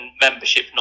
membership